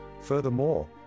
Furthermore